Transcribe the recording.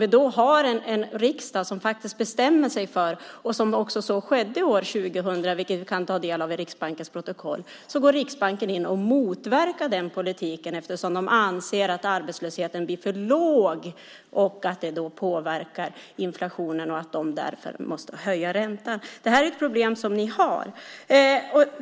År 2000 går Riksbanken in och motverkar den förda politiken, vilket vi kan ta del av i Riksbankens protokoll, eftersom de anser att arbetslösheten blir för låg, att detta påverkar inflationen och att de därför måste höja räntan. Det här är ett problem som ni har.